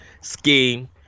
scheme